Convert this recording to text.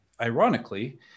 ironically